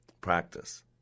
practice